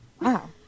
Wow